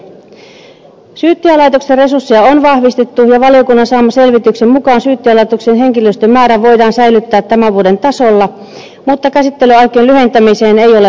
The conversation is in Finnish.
syyttäjälaitoksen resursseja on vahvistettu ja valiokunnan saaman selvityksen mukaan syyttäjälaitoksen henkilöstön määrä voidaan säilyttää tämän vuoden tasolla mutta käsittelyaikojen lyhentämiseen ei ole mahdollisuuksia